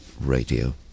Radio